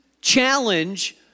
challenge